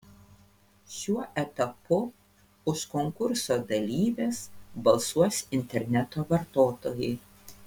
šiuo etapu už konkurso dalyves balsuos interneto vartotojai